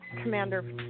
Commander